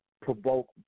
provoking